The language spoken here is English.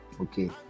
Okay